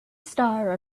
star